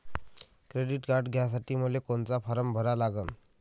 Credit card घ्यासाठी मले कोनचा फारम भरा लागन?